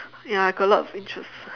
ya I got a lot of interests